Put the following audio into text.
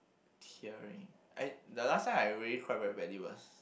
tearing I the last time I really cried very badly was